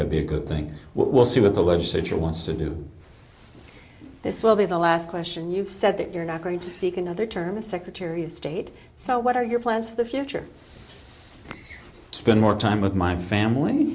could be a good thing we'll see what the legislature wants to do this will be the last question you've said that you're not going to seek another term as secretary of state so what are your plans for the future spend more time with my family